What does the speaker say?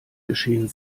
geschehen